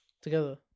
together